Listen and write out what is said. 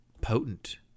potent